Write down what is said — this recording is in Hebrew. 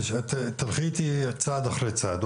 תלכי איתי צעד אחרי צעד.